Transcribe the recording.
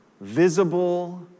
visible